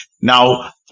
now